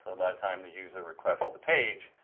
and the and time the user requests the page,